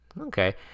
Okay